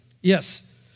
Yes